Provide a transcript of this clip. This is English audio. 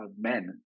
men